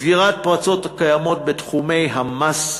סגירת הפרצות הקיימות בתחומי המס,